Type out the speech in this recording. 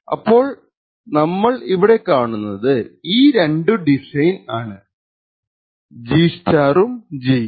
അപ്പോൾ നമ്മൾ ഇവിടെ കാണുന്നത് ഈ രണ്ടു ഡിസൈൻ ആണ് G ഉം G ഉം